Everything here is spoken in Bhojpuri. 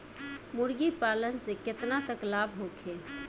मुर्गी पालन से केतना तक लाभ होखे?